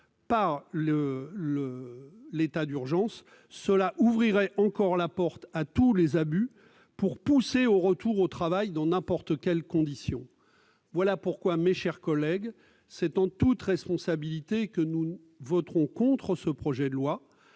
par l'état d'urgence, de telles mesures ouvriraient la porte à tous les abus, pour pousser au retour au travail dans n'importe quelles conditions. Voilà pourquoi c'est en toute responsabilité que nous voterons contre ce projet de loi.